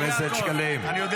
אתה רוצה שנמשיך?